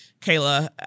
kayla